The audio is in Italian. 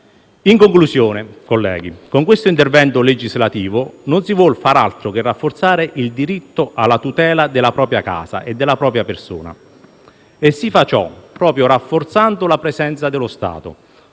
In conclusione, colleghi, con questo intervento legislativo non si vuol far altro che rafforzare il diritto alla tutela della propria casa e della propria persona e si fa ciò proprio rafforzando la presenza dello Stato,